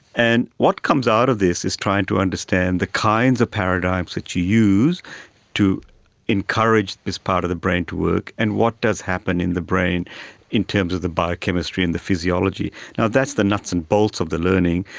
and what comes out of this is trying to understand the kinds of paradigms that you use to encourage this part of the brain to work, and what does happen in the brain in terms of the biochemistry and the physiology. that's the nuts and bolts of the learning.